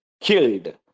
killed